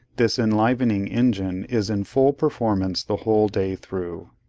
this enlivening engine is in full performance the whole day through.